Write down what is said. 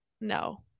No